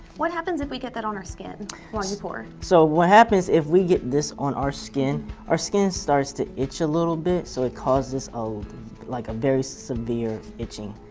what happens if we get that on our skin while you pour. so what happens if we get this on our skin our skin starts to itch a little bit so it causes um like a very severe itching.